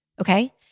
Okay